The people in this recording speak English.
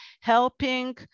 helping